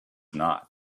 not